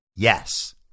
Yes